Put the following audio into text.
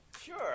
Sure